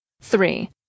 Three